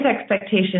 expectations